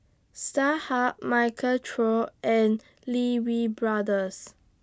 Starhub Michael Trio and Lee Wee Brothers